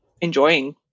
enjoying